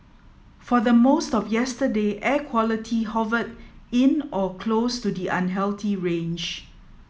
for the most of yesterday air quality hovered in or close to the unhealthy range